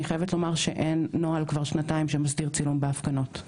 אני חייבת לומר שאין נוהל כבר שנתיים שמסדיר צילום בהפגנות.